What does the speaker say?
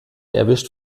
erwischt